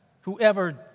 whoever